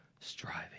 striving